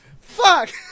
Fuck